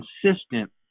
consistent